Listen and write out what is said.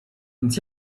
więc